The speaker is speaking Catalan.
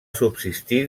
subsistir